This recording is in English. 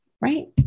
right